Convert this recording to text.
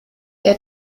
der